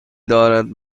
دارد